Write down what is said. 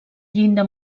llinda